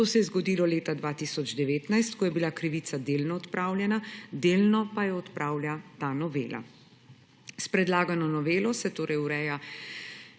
To se je zgodilo leta 2019, ko je bila krivica delno odpravljena, delno pa jo odpravlja ta novela. S predlagano novelo se torej ureja